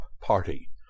party